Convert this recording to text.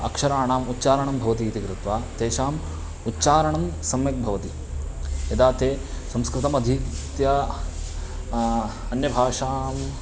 अक्षराणाम् उच्चारणं भवति इति कृत्वा तेषाम् उच्चारणं सम्यक् भवति यदा ते संस्कृतमधीत्य अन्यभाषाम्